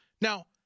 Now